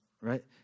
right